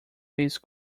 his